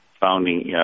founding